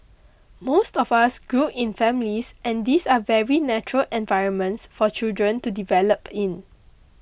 most of us grew in families and these are very natural environments for children to develop in